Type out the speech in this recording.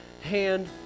hand